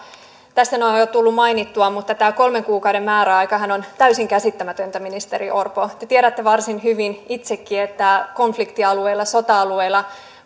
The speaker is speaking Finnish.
tässä ne ovat jo tulleet mainittua mutta tämä kolmen kuukauden määräaikahan on täysin käsittämätöntä ministeri orpo te tiedätte varsin hyvin itsekin että konfliktialueilla sota alueilla